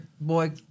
boy